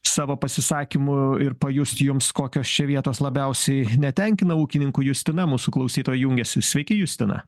savo pasisakymų ir pajust jums kokios čia vietos labiausiai netenkina ūkininkų justina mūsų klausytoja jungiasi sveiki justina